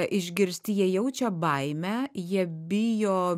išgirsti jie jaučia baimę jie bijo